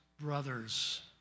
brothers